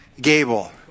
Gable